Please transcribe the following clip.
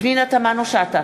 פנינה תמנו-שטה,